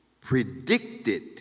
predicted